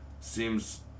seems